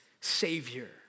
Savior